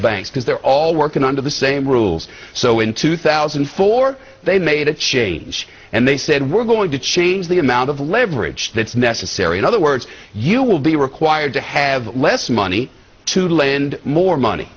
banks because they're all working under the same rules so in two thousand and four they made a change and they said we're going to change the amount of leverage that's necessary in other words you will be required to have less money to lend more money